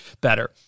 better